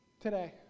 today